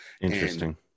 interesting